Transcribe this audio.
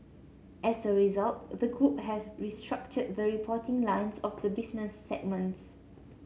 as a result the group has restructured the reporting lines of the business segments